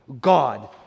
God